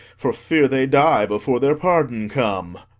for fear they die before their pardon come.